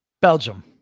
Belgium